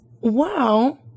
Wow